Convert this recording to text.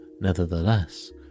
nevertheless